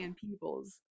peoples